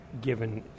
given